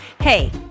Hey